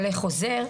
חוזר,